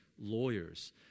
lawyers